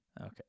Okay